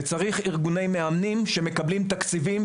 וצריך ארגוני מאמנים שמקבלים תקציבים,